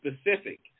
specific